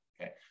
okay